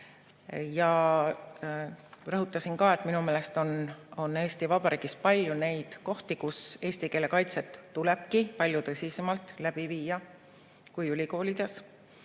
Rõhutasin ka, et minu meelest on Eesti Vabariigis palju neid kohti, kus eesti keele kaitset tulebki palju tõsisemalt läbi viia kui ülikoolides,